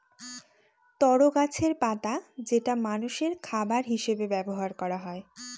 তরো গাছের পাতা যেটা মানষের খাবার হিসেবে ব্যবহার করা হয়